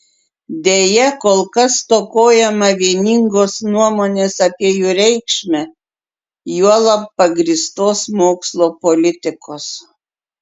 deja kol kas stokojama vieningos nuomonės apie jų reikšmę juolab pagrįstos mokslo politikos